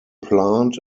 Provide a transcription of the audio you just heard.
plant